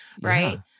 right